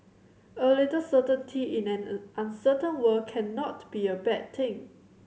a little certainty in an an uncertain world cannot be a bad thing